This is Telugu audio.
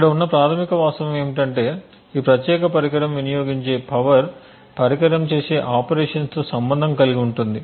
ఇక్కడ ఉన్న ప్రాథమిక వాస్తవం ఏమిటంటే ఈ ప్రత్యేక పరికరం వినియోగించే పవర్ పరికరం చేసే ఆపరేషన్స్తో సంబంధం కలిగి ఉంటుంది